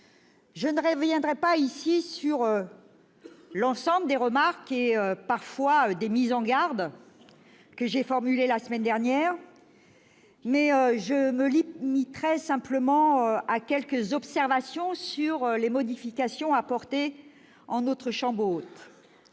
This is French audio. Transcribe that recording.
Je ne reviendrai pas ici sur l'ensemble des remarques et des mises en garde que j'ai formulées la semaine dernière ; je me limiterai simplement à quelques observations sur les modifications apportées par notre chambre haute.